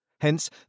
Hence